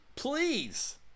Please